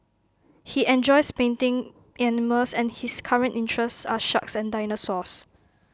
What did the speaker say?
he enjoys painting animals and his current interests are sharks and dinosaurs